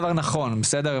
נכון, בסדר?